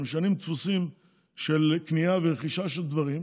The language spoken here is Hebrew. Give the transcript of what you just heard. משנים דפוסים של קנייה ורכישה של דברים.